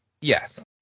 Yes